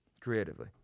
creatively